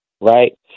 right